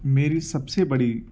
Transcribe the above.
میری سب سے بڑی